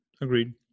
Agreed